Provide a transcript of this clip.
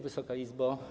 Wysoka Izbo!